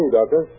Doctor